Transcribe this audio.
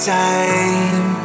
time